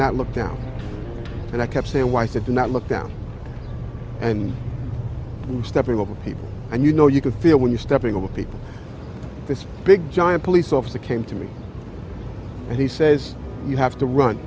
not look down and i kept saying why did not look down and stepping over people and you know you could feel when you stepping over people this big giant police officer came to me and he says you have to run